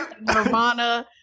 Nirvana